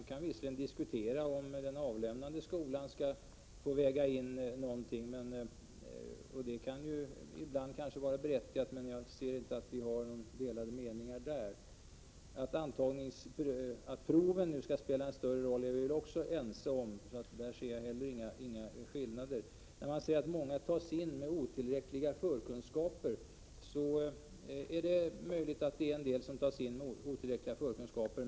Man kan visserligen diskutera om den avlämnande skolan skall få väga in någonting — och det kan kanske ibland vara berättigat. Men jag ser inte att vi har några delade meningar i det avseendet. Att högskoleprovet nu skall spela en större roll är vi också ense om. Man säger att många tas in med otillräckliga förkunskaper. Ja, det är möjligt att en del tas in med otillräckliga förkunskaper.